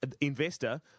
investor